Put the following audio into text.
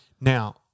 now